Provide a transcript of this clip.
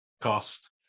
cost